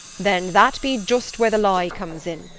then that be just where the lie comes in.